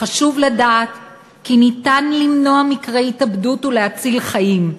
חשוב לדעת כי ניתן למנוע מקרי התאבדות ולהציל חיים.